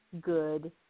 good